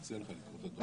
אדוני.